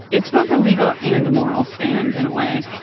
it's both a legal and a moral stand, in a way.